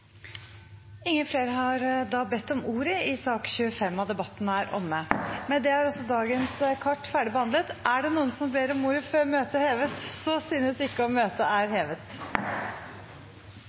bedt om ordet til sak nr. 25. Med dette er også dagens kart ferdigbehandlet. Ber noen om ordet før møtet heves? – Så synes ikke, og møtet er hevet.